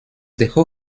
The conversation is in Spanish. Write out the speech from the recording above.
dejó